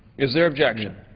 is there objection?